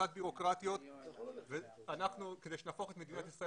הפחתת בירוקרטיה וכדי שנהפוך את ישראל